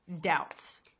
doubts